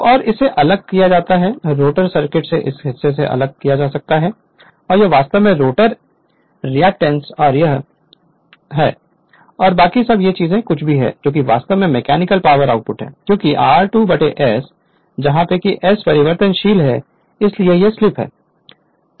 तो और इसे अलग किया जाता है रोटर सर्किट इस हिस्से को अलग किया जाता है यह वास्तव में रोटर रिएक्टेंस है और यह रिएक्टेंस है और बाकी है यह जो कुछ भी है यह वास्तव में मैकेनिकल पावर आउटपुट है क्योंकि r2 s s परिवर्तनशील है इसलिए यह स्लिप है